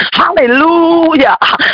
hallelujah